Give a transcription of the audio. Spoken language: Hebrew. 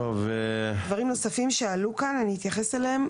דברים נוספים שעלו כאן, אני אתייחס אליהם.